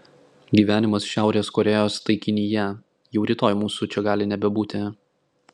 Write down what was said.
gyvenimas šiaurės korėjos taikinyje jau rytoj mūsų čia gali nebebūti